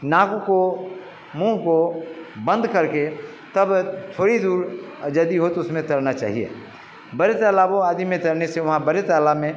नाक को मुँह को बंद करके तब थोड़ी दूर यदि हो तो उसमें तैरना चाहिए बड़े तलाबों आदि में तैरने से वहाँ बड़े तालाब में